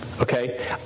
Okay